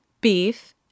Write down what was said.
beef